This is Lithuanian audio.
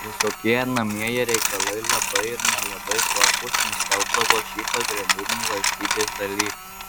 visokie einamieji reikalai labai ir nelabai svarbūs nustelbdavo šį pagrindinį valstybės dalyką